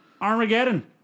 Armageddon